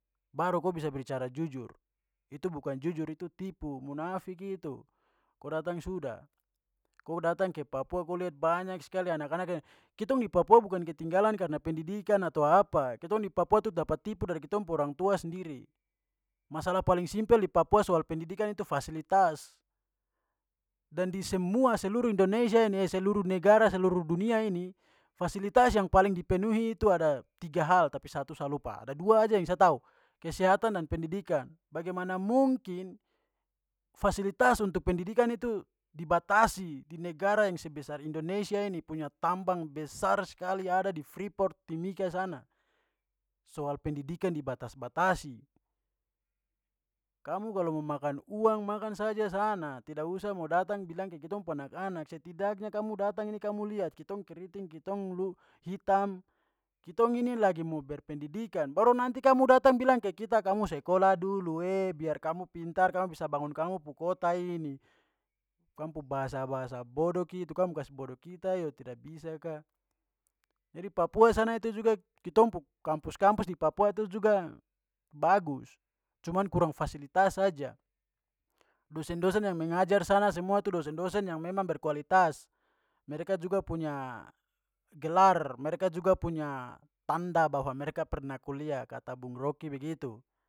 Baru ko bisa beri cara jujur. Itu bukan jujur itu tipu. Munafik itu. Ko datang sudah. Ko datang ke papua ko liat banyak sekali anak-anak yang- kitong di papua bukan ketinggalan karena pendidikan atau apa, kitong di papua tu dapat tipu dari kitong pu orang tua sendiri. Masalah paling simpel di papua soal pendidikan itu fasilitas. Dan di semua, seluruh indonesia ini, seluruh negara, seluruh dunia ini, fasilitas yang paling dipenuhi itu ada tiga hal, tapi satu sa lupa, ada dua aja yang saya tahu, kesehatan dan pendidikan. Bagaimana mungkin fasilitas untuk pendidikan itu dibatasi di negara yang sebesar indonesia ini, punya tambang besar sekali ada di freeport timika sana. Soal pendidikan dibatas-batasi. Kamu kalo mo makan uang, makan saja sana, tidak usah mo datang bilang ke kitong pu anak-anak. Setidaknya kamu datang ini kamu lihat kitong keriting, kitong lu-hitam, kitong ini lagi mo berpendidikan. Baru nanti kamu datang bilang ke kita, "kamu sekolah dulu e biar kamu pintar, kamu bisa bangun kamu pu kota ini." Kam pu bahasa-bahasa bodok itu, kam kas bodok kita yo tidak bisa ka. Jadi papua sana itu juga kitong pu kampus-kampus di papua itu juga bagus, cuman kurang fasilitas saja. Dosen-dosen yang mengajar sana semua itu dosen-dosen yang memang berkualitas. Mereka juga punya gelar, mereka juga punya tanda bahwa mereka pernah kuliah, kata bung rocki begitu